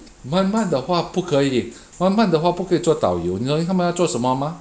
慢慢的话不可以慢慢的话不可以做导游你懂他们要做什么 mah